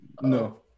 No